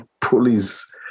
police